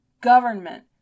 government